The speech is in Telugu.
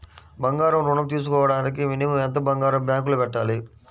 బంగారం ఋణం తీసుకోవడానికి మినిమం ఎంత బంగారం బ్యాంకులో పెట్టాలి?